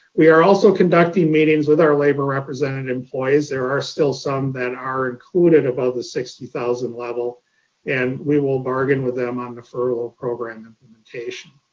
we are also conducting meetings with our labor representative employees. there are still some that are included above the sixty thousand level and we will bargain with them on referral program implementation.